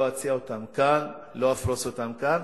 לא אציע אותם כאן ולא אפרוס אותם כאן.